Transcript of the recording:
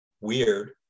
weird